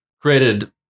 created